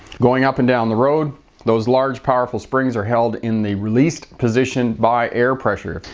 going up and down the road those large powerful springs are held in the released position by air pressure.